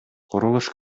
курулуш